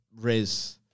Riz